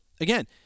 again